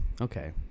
Okay